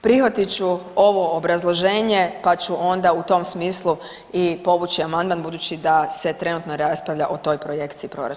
Prihvatiti ću ovo obrazloženje pa ću onda u tom smislu i povući amandman budući da se trenutno ne raspravlja o toj projekciji proračuna